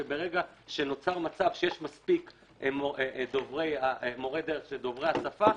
וברגע שנוצר מצב שיש מספיק מורי דרך דוברי השפה,